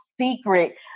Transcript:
secret